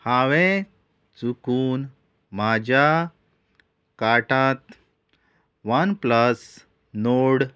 हांवें चुकून म्हाज्या कार्टांत वन प्लस नोड